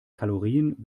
kalorien